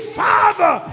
father